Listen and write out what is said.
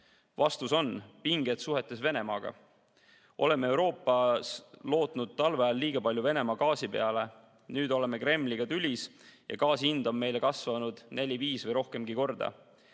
Vastus on: pinged suhetes Venemaaga. Oleme Euroopas lootnud talveajal liiga palju Venemaa gaasi peale, nüüd oleme Kremliga tülis ja gaasi hind on meile kasvanud neli, viis või rohkemgi korda.